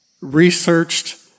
researched